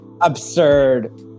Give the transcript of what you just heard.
absurd